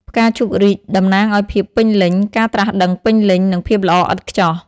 ផ្កាឈូករីក តំណាងឱ្យភាពពេញលេញ ការត្រាស់ដឹងពេញលេញ និងភាពល្អឥតខ្ចោះ។